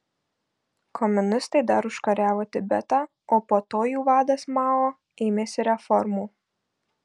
komunistai dar užkariavo tibetą o po to jų vadas mao ėmėsi reformų